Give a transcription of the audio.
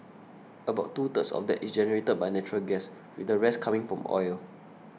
about two thirds of that it generated by natural gas with the rest coming from oil